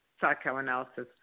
psychoanalysis